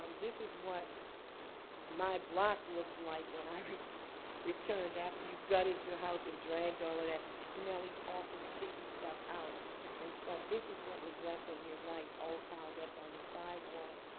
this is what my block looked like when i returned. after you got your house and dragged all of that smelly, awful, stinky stuff out in front. this is what was left of your life, all piled up on the sidewalk.